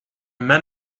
men